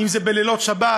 אם זה בלילות שבת,